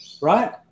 Right